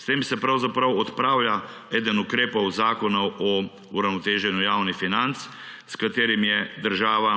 S tem se pravzaprav odpravlja eden od ukrepov Zakona o uravnoteženju javnih financ, s katerim je država